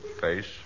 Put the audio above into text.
face